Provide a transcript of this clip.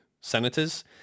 senators